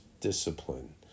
discipline